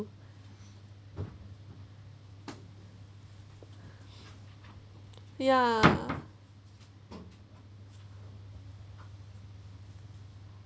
ya